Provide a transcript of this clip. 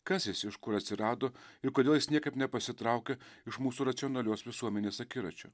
kas jis iš kur atsirado ir kodėl jis niekaip nepasitraukia iš mūsų racionalios visuomenės akiračio